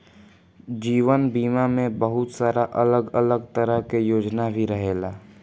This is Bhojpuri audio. जीवन बीमा में बहुत सारा अलग अलग तरह के योजना भी रहेला